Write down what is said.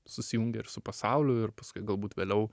susijungia ir su pasauliu ir paskui galbūt vėliau